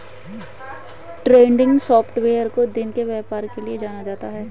trending software को दिन के व्यापार के लिये जाना जाता है